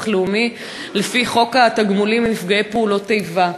לאומי לפי חוק התגמולים לנפגעי פעולות איבה.